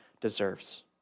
deserves